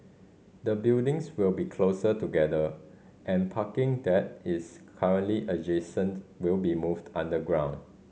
the buildings will be closer together and parking that is currently adjacent will be moved underground